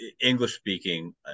English-speaking